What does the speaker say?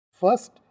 First